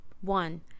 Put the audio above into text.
One